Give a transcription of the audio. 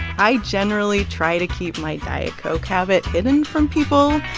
i generally try to keep my diet coke habit hidden from people,